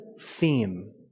theme